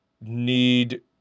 need